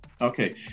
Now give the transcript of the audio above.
Okay